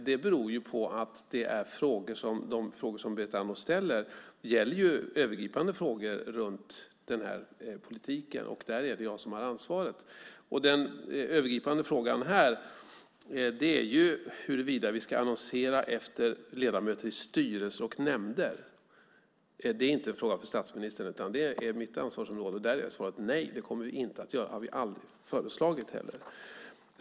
Det beror på att de frågor som Berit Andnor ställer gäller övergripande frågor runt den här politiken, och där är det jag som har ansvaret. Den övergripande frågan här är huruvida vi ska annonsera efter ledamöter i styrelser och nämnder. Det är inte en fråga för statsministern, utan det är mitt ansvarsområde. Där har jag svarat nej. Det kommer vi inte att göra, och det har vi heller aldrig föreslagit.